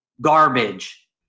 Garbage